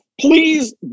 please